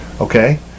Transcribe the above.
Okay